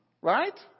Right